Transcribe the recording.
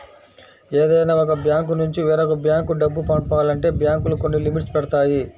ఏదైనా ఒక బ్యాంకునుంచి వేరొక బ్యేంకు డబ్బు పంపాలంటే బ్యేంకులు కొన్ని లిమిట్స్ పెడతాయి